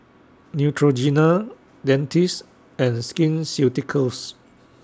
Neutrogena Dentiste and Skin Ceuticals